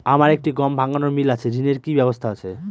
আমার একটি গম ভাঙানোর মিল আছে ঋণের কি ব্যবস্থা আছে?